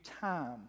time